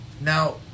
Now